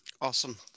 Awesome